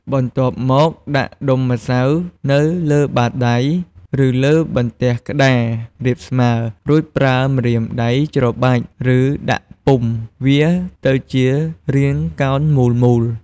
បន្ទាប់មកដាក់ដុំម្សៅនៅលើបាតដៃ ឬលើបន្ទះក្តាររាបស្មើ រួចប្រើម្រាមដៃច្របាច់ ឬដាក់ពុម្ពវាឱ្យទៅជារាងកោណមូលៗ។